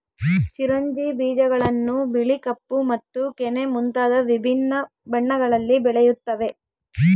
ಚಿರೊಂಜಿ ಬೀಜಗಳನ್ನು ಬಿಳಿ ಕಪ್ಪು ಮತ್ತು ಕೆನೆ ಮುಂತಾದ ವಿಭಿನ್ನ ಬಣ್ಣಗಳಲ್ಲಿ ಬೆಳೆಯುತ್ತವೆ